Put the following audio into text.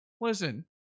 Listen